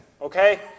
okay